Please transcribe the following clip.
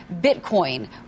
Bitcoin